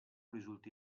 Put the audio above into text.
risulti